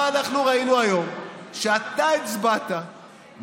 אני זוכר שבהפגנה במוצאי שבת היה שם